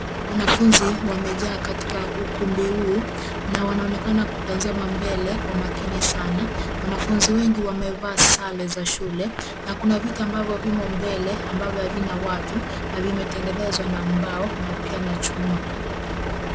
Wanafunzi wamejaa katika ukumbi huu na wanaonekana kutazama mbele kwa makini sana, wanafunzi wengi wamevaa sare za shule na kuna viti ambavyo vimo mbele ambavyo havina watu na vimetengenezwa na mbao na pia na chuma.